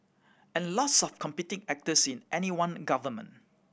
and lots of competing actors in any one government